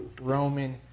Roman